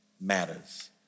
matters